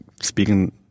speaking